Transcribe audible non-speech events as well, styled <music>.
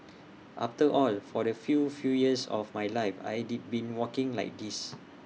<noise> after all for the few few years of my life I'd been walking like this